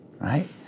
right